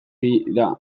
bira